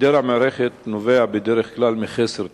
היעדר המערכת נובע, בדרך כלל, מחוסר תקציבים,